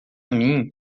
mim